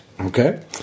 Okay